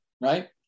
right